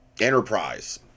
enterprise